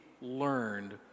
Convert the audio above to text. learned